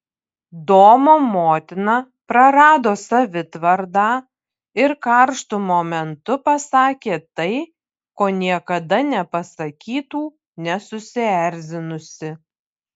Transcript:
domo motina prarado savitvardą ir karštu momentu pasakė tai ko niekada nepasakytų nesusierzinusi